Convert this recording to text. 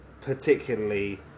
particularly